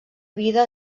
vida